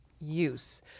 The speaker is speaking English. use